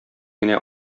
генә